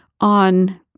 on